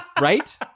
right